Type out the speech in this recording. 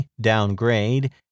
downgrade